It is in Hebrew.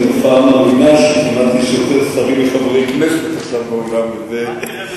זאת תופעה מרנינה שכמעט יש יותר שרים מחברי כנסת עכשיו באולם הזה.